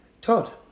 Todd